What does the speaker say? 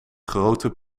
grote